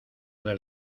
del